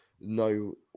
no